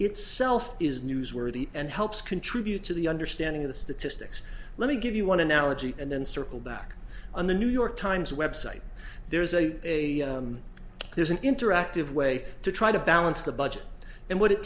itself is newsworthy and helps contribute to the understanding of the statistics let me give you want an allergy and then circle back on the new york times website there's a there's an interactive way to try to balance the budget and what it